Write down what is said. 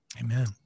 Amen